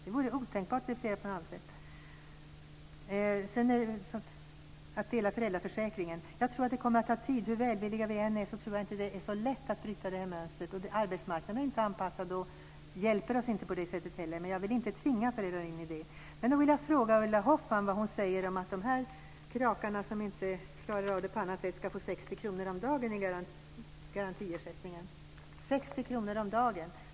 Det vore otänkbart att definiera på något annat sätt. Det kommer att ta tid innan man delar föräldraförsäkringen. Hur välvilliga vi än är tror jag inte att det är så lätt att bryta det här mönstret. Arbetsmarknaden är inte anpassad och hjälper oss på det sättet inte heller. Men jag vill inte tvinga föräldrar in i detta. Däremot vill jag fråga Ulla Hoffmann vad hon säger om att de krakar som inte klarar av det på annat sätt ska få 60 kr om dagen i garantiersättning - 60 kr om dagen.